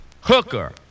hooker